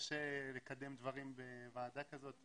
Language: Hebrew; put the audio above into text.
קשה לקדם דברים בוועדה כזאת.